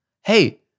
Hey